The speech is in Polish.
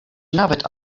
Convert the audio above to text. nawet